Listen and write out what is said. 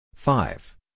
Five